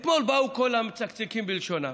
אתמול באו כל המצקצקים בלשונם,